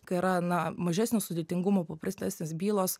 kai yra na mažesnio sudėtingumo paprastesnės bylos